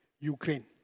Ukraine